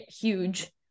huge